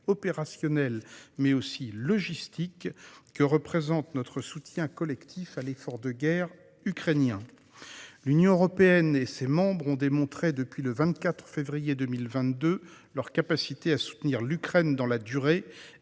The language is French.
opérationnel, mais aussi logistique, que représente notre soutien collectif à l'effort de guerre ukrainien. L'Union européenne et ses membres ont démontré depuis le 24 février 2022 leur capacité à soutenir l'Ukraine dans la durée et